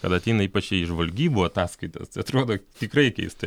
kad ateina ypač į žvalgybų ataskaitas tai atrodo tikrai keistai